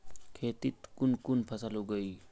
खेतीत कुन कुन फसल उगेई?